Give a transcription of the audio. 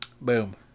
Boom